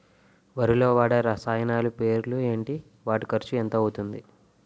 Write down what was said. వరిలో వాడే రసాయనాలు పేర్లు ఏంటి? వాటి ఖర్చు ఎంత అవతుంది?